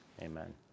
amen